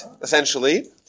essentially